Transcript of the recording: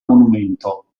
monumento